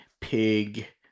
pig